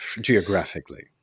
geographically